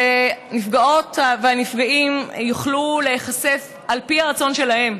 שהנפגעות והנפגעים יוכלו להיחשף על פי הרצון שלהם,